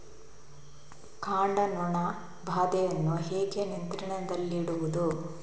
ಕಾಂಡ ನೊಣ ಬಾಧೆಯನ್ನು ಹೇಗೆ ನಿಯಂತ್ರಣದಲ್ಲಿಡುವುದು?